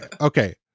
Okay